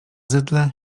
zydle